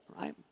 right